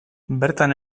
bertan